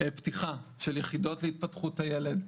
פתיחה של יחידות להתפתחות הילד,